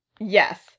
Yes